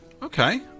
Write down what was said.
Okay